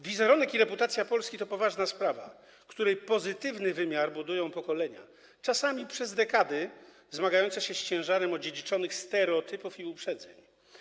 Wizerunek i reputacja Polski są poważną sprawą, której pozytywny wymiar budują pokolenia, czasami przez dekady zmagające się z ciężarem odziedziczonych stereotypów i uprzedzeń.